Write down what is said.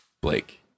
Blake